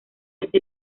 ese